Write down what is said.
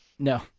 no